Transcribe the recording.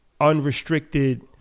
unrestricted